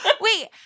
Wait